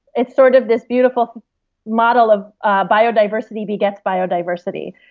it's sort of this beautiful model of ah biodiversity begets biodiversity.